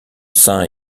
sein